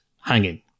hanging